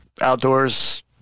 outdoors